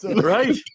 right